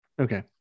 Okay